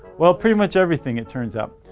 well, pretty much everything it turns out.